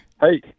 Hey